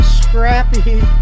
scrappy